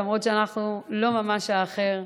למרות שאנחנו לא ממש האחר,